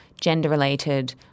gender-related